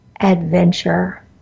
adventure